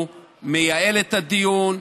הוא מייעל את הדיון,